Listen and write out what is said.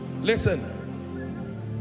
listen